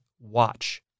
Watch